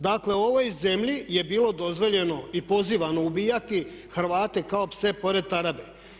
Dakle, u ovoj zemlji je bilo dozvoljeno i pozivano ubijati Hrvate kao pse pored tarabe.